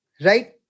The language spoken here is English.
right